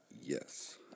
Yes